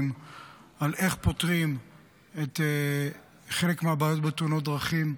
על איך פותרים חלק מהבעיות בתאונות הדרכים.